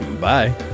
Bye